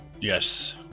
Yes